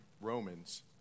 Romans